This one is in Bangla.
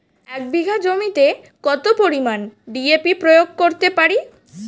এক বিঘা জমিতে কত পরিমান ডি.এ.পি প্রয়োগ করতে পারি?